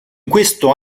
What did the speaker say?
questo